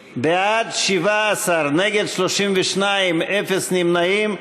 בעד, 17, נגד, 32, אפס נמנעים.